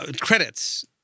credits